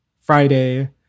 Friday